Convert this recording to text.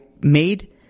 made